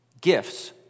gifts